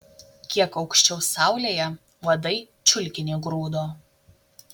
kiek aukščiau saulėje uodai čiulkinį grūdo